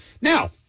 now